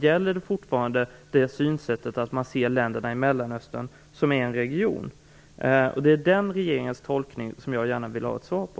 Gäller fortfarande synsättet att länderna i Mellanöstern är en region? Det är frågan om denna regeringens tolkning som jag gärna vill ha ett svar på.